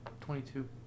Twenty-two